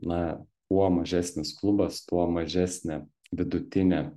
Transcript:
na kuo mažesnis klubas tuo mažesnė vidutinė